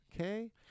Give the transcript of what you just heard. Okay